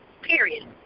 Period